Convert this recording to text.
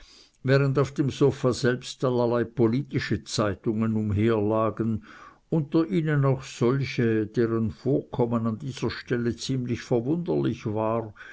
während auf dem sofa selbst allerlei politische zeitungen umherlagen unter ihnen auch solche deren vorkommen an dieser stelle ziemlich verwunderlich war